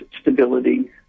stability